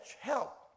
help